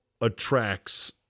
attracts